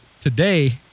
today